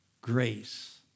grace